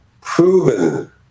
proven